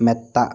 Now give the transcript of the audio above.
മെത്ത